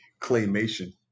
Claymation